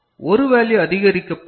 பிறகு இது 1 வேல்யூ அதிகரிக்கப்பட்டு